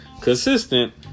consistent